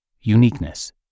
Uniqueness